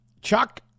Chuck